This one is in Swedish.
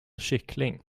kyckling